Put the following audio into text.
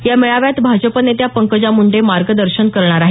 या मेळाव्यात भाजप नेत्या पंकजा मुंडे मार्गदर्शन करणार आहेत